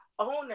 owner